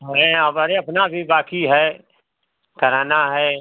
है हमारे अपना भी बाकी है कराना है